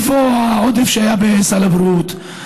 איפה העודף שהיה בסל הבריאות?